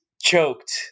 choked